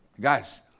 Guys